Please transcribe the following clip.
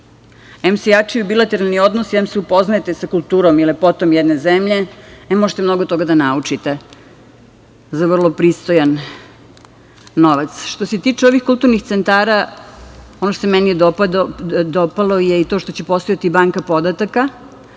jačaju bilateralni odnosi, em se upoznajete sa kulturom i lepotom jedne zemlje, em možete mnogo toga da naučite za vrlo pristojan novac. Što se tiče ovih kulturnih centara, ono što se meni dopalo je i to što će postojati banka podataka,